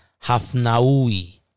Hafnaoui